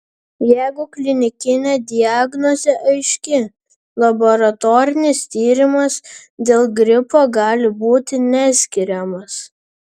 jeigu klinikinė diagnozė aiški laboratorinis tyrimas dėl gripo gali būti neskiriamas